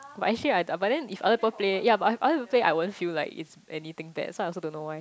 but actually ah but then if other people play ya but if other people play I won't feel like it's anything bad so I also don't know why